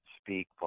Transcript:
speak